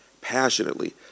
passionately